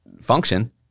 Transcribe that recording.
function